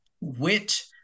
wit